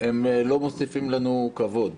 לא מוסיפים לנו כבוד,